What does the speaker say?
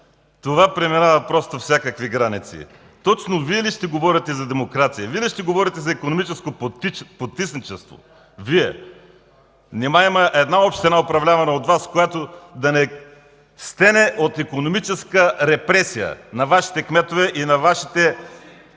Това преминава просто всякакви граници. Точно Вие ли ще говорите за демокрация?! Вие ли ще говорите за икономическо потисничество?! Вие?! Нима има една община, управлявана от Вас, която да не стене от икономическа репресия на Вашите кметове и на Вашите